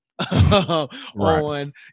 On